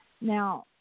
Now